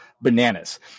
bananas